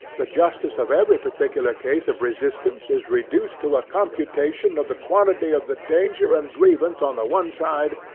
the justice of every particular case of resistance is reduced to a computation of the quantity of the danger and grievance on the one side,